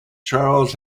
charles